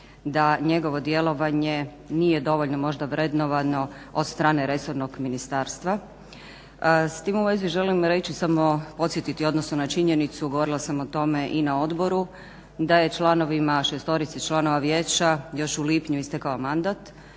da njegovo djelovanje nije dovoljno možda vrednovano od strane resornog ministarstva. S tim u vezi želim reći samo, podsjetiti odnosno na činjenicu, govorila sam o tome i na odboru da je članovima, šestorici članova vijeća još u lipnju istekao mandat